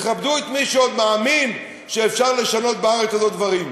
תכבדו את מי שעוד מאמין שאפשר לשנות בארץ הזאת דברים,